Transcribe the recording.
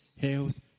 health